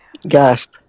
Gasp